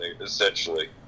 essentially